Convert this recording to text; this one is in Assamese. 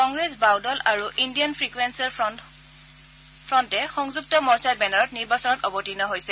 কংগ্ৰেছ বাওদল আৰু ইণ্ডিয়ান ছেকুলাৰ ফ্ৰণ্টে সংযুক্ত মৰ্চাৰ বেনাৰত নিৰ্বাচনত অৱতীৰ্ণ হৈছে